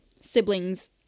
siblings